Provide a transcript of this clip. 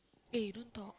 eh you don't talk